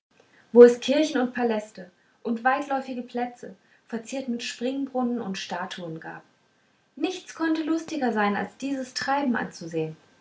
wo es kirchen und paläste und weitläufige plätze verziert mit springbrunnen und statuen gab nichts konnte lustiger sein als dieses treiben anzusehen